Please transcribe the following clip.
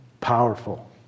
powerful